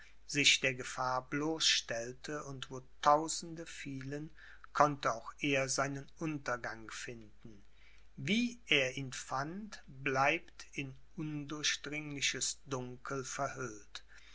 sich der gefahr bloßstellte und wo tausende fielen konnte auch er seinen untergang finden wie er ihn fand bleibt in undurchdringliches dunkel verhüllt